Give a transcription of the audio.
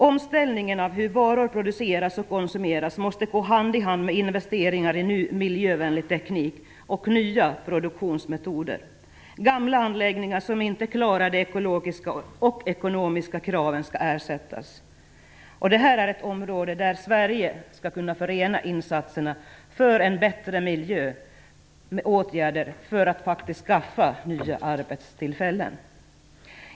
Omställningen av hur varor produceras och konsumeras måste gå hand i hand med investeringar i ny, miljövänlig teknik och nya produktionsmetoder. Gamla anläggningar som inte klarar de ekologiska och ekonomiska kraven skall ersättas. Det här är ett område där Sverige skall kunna förena insatserna för en bättre miljö med åtgärder för att faktiskt skapa nya arbetstillfällen.